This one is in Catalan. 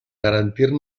garantir